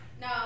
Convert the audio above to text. No